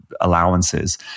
allowances